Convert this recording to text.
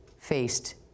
faced